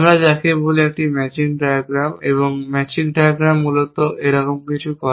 আমরা যাকে বলি একটি ম্যাচিং ডায়াগ্রাম এবং ম্যাচিং ডায়াগ্রাম মূলত এরকম কিছু করে